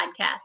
podcast